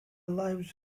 lives